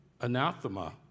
anathema